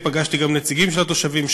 פגשתי גם נציגים של התושבים,